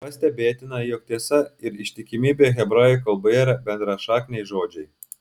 pastebėtina jog tiesa ir ištikimybė hebrajų kalboje yra bendrašakniai žodžiai